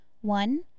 One